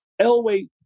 Elway